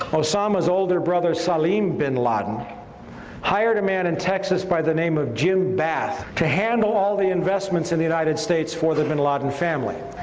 ah osama's older brother saleem bin laden hired a man in texas by the name of jim bath to handle all the investments in the united states for the bin laden family.